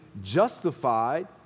justified